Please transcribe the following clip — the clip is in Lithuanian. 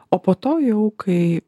o po to jau kai